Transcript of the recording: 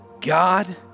God